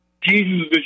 Jesus